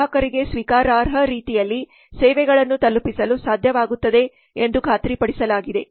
ಗ್ರಾಹಕರಿಗೆ ಸ್ವೀಕಾರಾರ್ಹ ರೀತಿಯಲ್ಲಿ ಸೇವೆಗಳನ್ನು ತಲುಪಿಸಲು ಸಾಧ್ಯವಾಗುತ್ತದೆ ಎಂದು ಖಾತ್ರಿಪಡಿಸಲಾಗಿದೆ